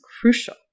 crucial